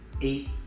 eight